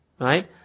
right